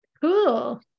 cool